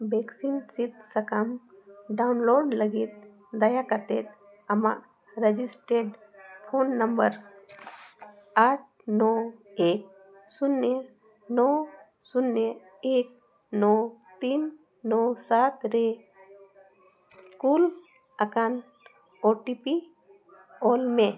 vaccine ᱥᱤᱫᱽ ᱥᱟᱠᱟᱢ download ᱞᱟᱹᱜᱤᱫ ᱫᱟᱭᱟ ᱠᱟᱛᱮᱫ ᱟᱢᱟᱜ ᱨᱮᱡᱤᱥᱴᱮᱰ ᱯᱷᱳᱱ ᱱᱟᱢᱵᱟᱨ ᱟᱴ ᱱᱚ ᱮᱠ ᱥᱩᱱᱱᱚ ᱱᱚ ᱥᱩᱱᱱᱚ ᱮᱠ ᱱᱚ ᱛᱤᱱ ᱱᱚ ᱥᱟᱛ ᱨᱮ ᱠᱩᱞ ᱟᱠᱟᱱ ᱳ ᱴᱤ ᱯᱤ ᱚᱞ ᱢᱮ